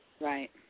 Right